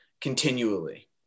continually